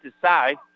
Decide